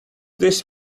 this